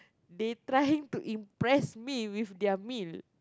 they trying to impress me with their meal